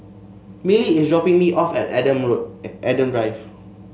Millie is dropping me off at Adam Road Adam Drive